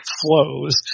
flows